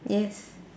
yes